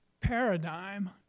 paradigm